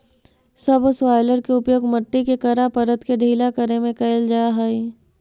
subsoiler के उपयोग मट्टी के कड़ा परत के ढीला करे में कैल जा हई